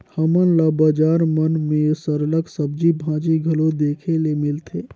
हमन ल बजार मन में सरलग सब्जी भाजी घलो देखे ले मिलथे